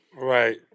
Right